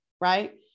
right